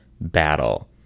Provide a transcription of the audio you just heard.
battle